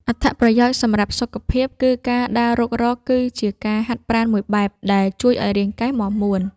អត្ថប្រយោជន៍សម្រាប់សុខភាពគឺការដើររុករកគឺជាការហាត់ប្រាណមួយបែប ដែលជួយឱ្យរាងកាយមាំមួន។